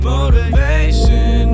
Motivation